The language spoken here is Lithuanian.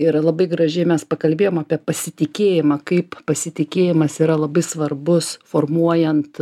ir labai gražiai mes pakalbėjom apie pasitikėjimą kaip pasitikėjimas yra labai svarbus formuojant